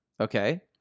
okay